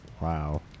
Wow